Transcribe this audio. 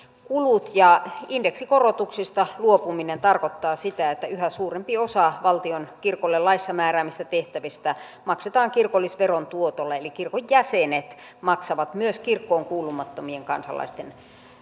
kulut indeksikorotuksista luopuminen tarkoittaa sitä että yhä suurempi osa valtion kirkolle laissa määräämistä tehtävistä maksetaan kirkollisveron tuotolla eli kirkon jäsenet maksavat myös kirkkoon kuulumattomien kansalaisten